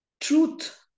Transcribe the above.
truth